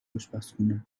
اشپزخونه